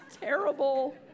terrible